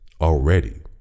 already